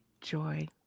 Joy